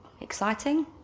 exciting